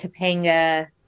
Topanga